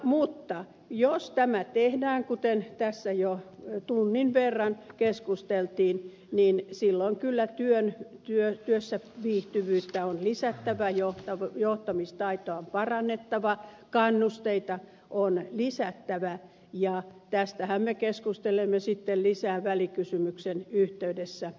mutta jos tämä tehdään kuten tässä jo tunnin verran keskusteltiin niin silloin kyllä työssäviihtyvyyttä on lisättävä johtamistaitoa on parannettava kannusteita on lisättävä ja tästähän me keskustelemme sitten lisää välikysymyksen yhteydessä